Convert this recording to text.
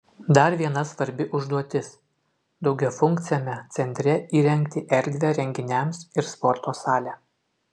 dar viena svarbi užduotis daugiafunkciame centre įrengti erdvę renginiams ir sporto salę